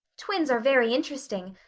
twins are very interesting.